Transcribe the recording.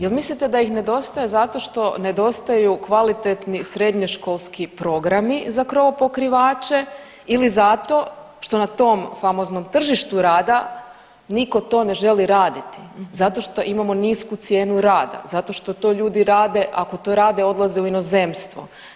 Jel' mislite da ih nedostaje zato što nedostaju kvalitetni srednjoškolski programi za krovopokrivače ili zato što na tom famoznom tržištu rada nitko to ne želi raditi zato što imamo nisku cijenu rada, zato što to ljudi rade ako to rade odlaze u inozemstvo.